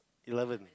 you love it